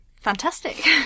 Fantastic